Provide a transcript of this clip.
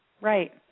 Right